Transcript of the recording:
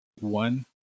one